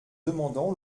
demandant